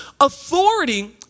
authority